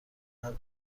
حقی